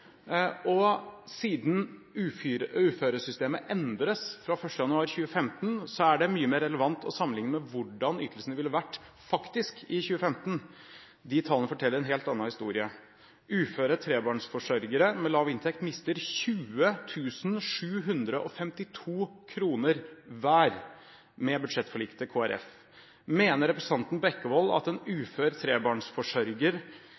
2014-tall. Siden uføresystemet endres fra 1. januar 2015, er det mye mer relevant å sammenligne med hvordan ytelsene faktisk ville vært i 2015. De tallene forteller en helt annen historie: Uføre trebarnsforsørgere med lav inntekt mister 20 752 kr hver med budsjettforliket til Kristelig Folkeparti. Mener representanten Bekkevold at en